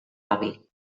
hàbil